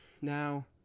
Now